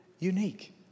unique